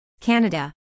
Canada